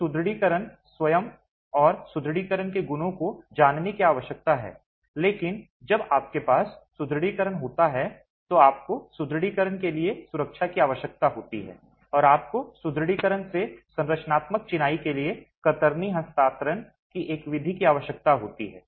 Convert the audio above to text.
तो सुदृढीकरण स्वयं और सुदृढीकरण के गुणों को जानने की आवश्यकता है लेकिन जब आपके पास सुदृढीकरण होता है तो आपको सुदृढीकरण के लिए सुरक्षा की आवश्यकता होती है और आपको सुदृढीकरण से संरचनात्मक चिनाई के लिए कतरनी हस्तांतरण की एक विधि की आवश्यकता होती है